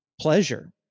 pleasure